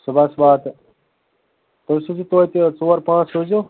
صُبَحس واتَن تُہۍ سوزِو توتہِ ژور پانٛژھ سوزِو